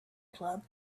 club